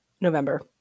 November